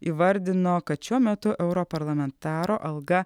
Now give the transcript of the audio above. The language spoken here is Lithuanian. įvardino kad šiuo metu europarlamentaro alga